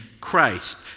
Christ